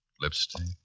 Lipstick